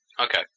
Okay